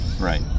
Right